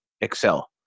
Excel